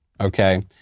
okay